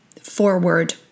forward